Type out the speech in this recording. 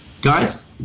Guys